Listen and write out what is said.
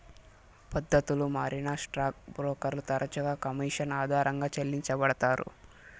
పద్దతులు మారినా స్టాక్ బ్రోకర్లు తరచుగా కమిషన్ ఆధారంగా చెల్లించబడతారు